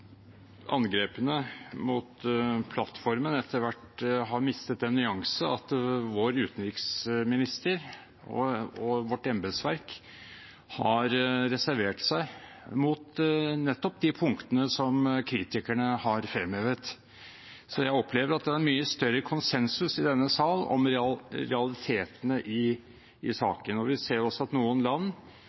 angrepene på plattformen etter hvert har mistet den nyansen at vår utenriksminister og vårt embetsverk har reservert seg mot nettopp de punktene som kritikerne har fremhevet. Så jeg opplever at det er en mye større konsensus i denne sal om realitetene i saken. Vi ser også at noen land